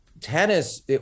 tennis